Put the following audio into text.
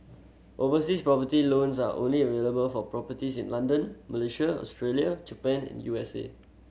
overseas property loans are only available for properties in London Malaysia Australia Japan and U S A